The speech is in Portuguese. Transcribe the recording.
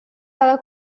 ela